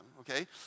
okay